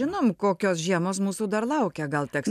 žinome kokios žiemos mūsų dar laukia gal teks